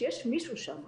שיש מישהו שם,